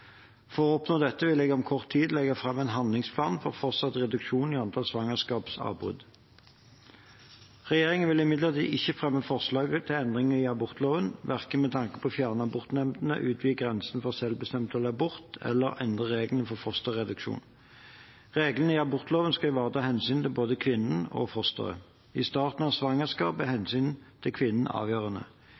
For å oppnå dette vil jeg om kort tid legge fram en handlingsplan for fortsatt reduksjon i antall svangerskapsavbrudd. Regjeringen vil imidlertid ikke fremme forslag til endringer i abortloven verken med tanke på å fjerne abortnemndene, utvide grensen for selvbestemt abort eller endre reglene for fosterreduksjon. Reglene i abortloven skal ivareta hensynet til både kvinnen og fosteret. I starten av svangerskapet er hensynet til kvinnen avgjørende.